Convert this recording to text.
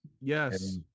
Yes